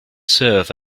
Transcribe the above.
serve